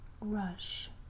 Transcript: rush